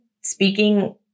speaking